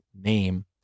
name